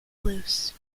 loose